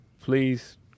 Please